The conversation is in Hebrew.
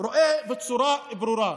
רואה בצורה ברורה: